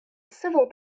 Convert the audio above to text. civil